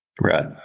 Right